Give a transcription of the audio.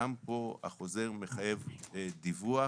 גם פה, החוזר מחייב דיווח,